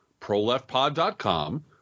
proleftpod.com